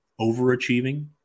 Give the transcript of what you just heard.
overachieving